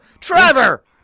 Trevor